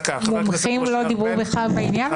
המומחים לא דיברו בכלל בעניין הזה.